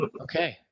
Okay